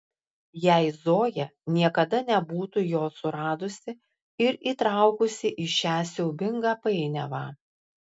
jei zoja niekada nebūtų jo suradusi ir įtraukusi į šią siaubingą painiavą